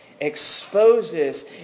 exposes